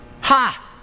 ha